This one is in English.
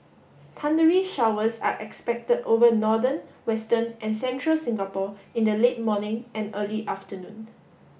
thundery showers are expected over northern western and central Singapore in the late morning and early afternoon